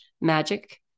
magic